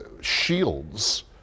shields